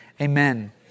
Amen